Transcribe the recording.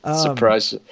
surprise